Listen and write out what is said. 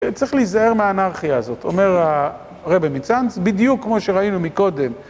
צריך להיזהר מהאנרכיה הזאת, אומר הרב מיצנץ, בדיוק כמו שראינו מקודם.